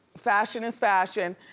fashion is fashion.